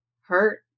hurt